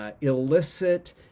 Illicit